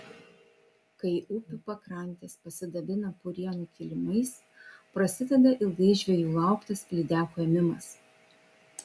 kai upių pakrantės pasidabina purienų kilimais prasideda ilgai žvejų lauktas lydekų ėmimas